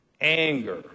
Anger